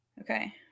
okay